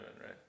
right